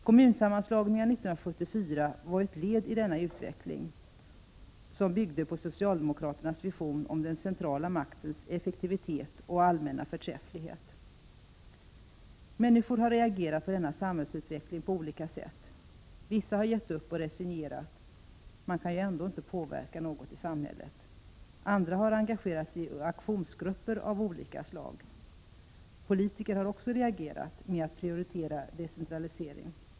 Kommunsammanslagningarna 1974 var ett led i denna utveckling som byggde på socialdemokraternas vision om den centrala maktens effektivitet och allmänna förträfflighet. Människor har reagerat på denna samhällsutveckling på olika sätt. Vissa har gett upp och resignerat — man kan ju ändå inte påverka något i samhället. Andra har engagerat sig i aktionsgrupper av olika slag. Politiker har också reagerat med att prioritera decentralisering.